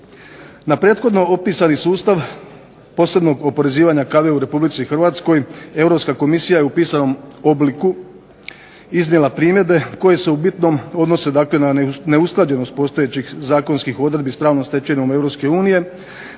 Na prethodno opisani sustav posebnog oporezivanja kave u RH, Europska komisija je u pisanom obliku iznijela primjedbe koje se u bitnom odnose na neusklađenost postojećih zakonskih odredbama sa pravnom stečevinom EU,